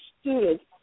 students